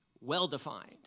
well-defined